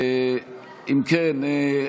אם כן,